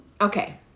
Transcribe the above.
okay